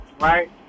right